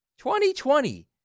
2020